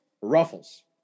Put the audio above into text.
ruffles